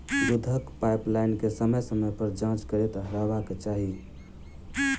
दूधक पाइपलाइन के समय समय पर जाँच करैत रहबाक चाही